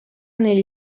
negli